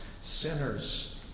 Sinners